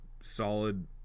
solid